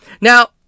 Now